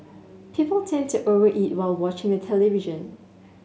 people tend to over eat while watching the television